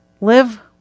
live